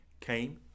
came